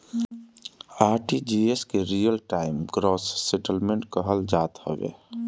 RTGS के real time gross settlement कहल जात हवे